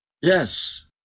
Yes